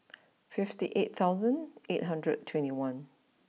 fifty eight thousand eight hundred and twenty one